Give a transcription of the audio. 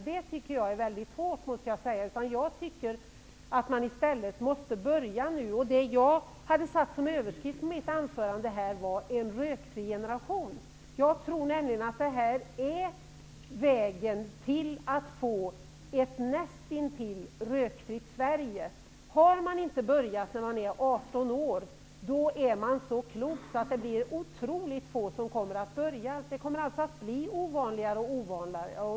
Det tycker jag är mycket hårt, måste jag säga. Jag tycker att man i stället måste börja nu. Det jag hade satt som överskrift på mitt anförande var En rökfri generation. Jag tror nämligen att det här är vägen till att få ett näst intill rökfritt Sverige. Har man inte börjat när man är 18 år är man så klok att det blir otroligt få som kommer att börja röka. Det kommer alltså att bli ovanligare och ovanligare.